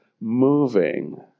moving